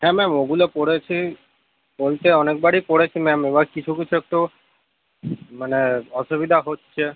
হ্যাঁ ম্যাম ওগুলো করেছি বলতে অনেকবারই করেছি ম্যাম এবার কিছু কিছু একটু মানে অসুবিধা হচ্ছে